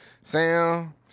Sam